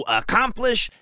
accomplish